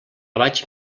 vaig